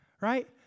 right